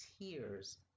tears